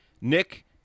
Nick